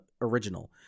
original